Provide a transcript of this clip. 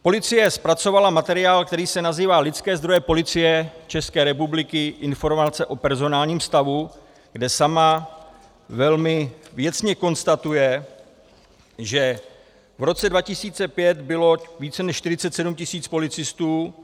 Policie zpracovala materiál, který se nazývá Lidské zdroje Policie České republiky, Informace o personálním stavu , kde sama velmi věcně konstatuje, že v roce 2005 bylo více než 47 tisíc policistů.